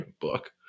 book